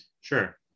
sure